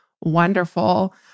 wonderful